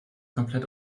komplett